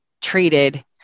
treated